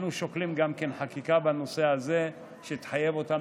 אנחנו שוקלים חקיקה בנושא הזה שתחייב אותם